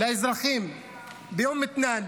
לאזרחים באום מתנאן,